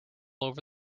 over